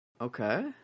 Okay